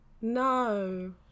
no